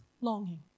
longing